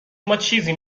ماچیزی